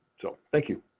so thank you.